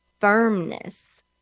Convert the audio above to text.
firmness